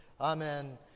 Amen